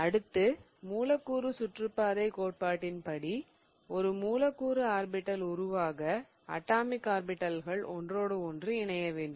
அடுத்து மூலக்கூறு சுற்றுப்பாதை கோட்பாட்டின்படி ஒரு மூலக்கூறு ஆர்பிடல் உருவாக அட்டாமிக் ஆர்பிடல்கள் ஒன்றோடு ஒன்று இணையவேண்டும்